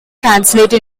translate